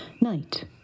night